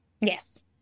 yes